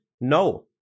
No